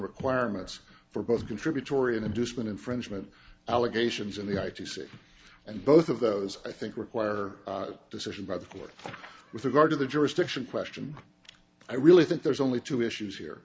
requirements for both contributory and inducement infringement allegations in the i t c and both of those i think require a decision by the court with regard to the jurisdiction question i really think there's only two issues here